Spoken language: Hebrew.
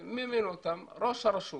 וממנה אותם ראש הרשות